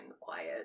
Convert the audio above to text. quiet